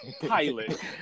Pilot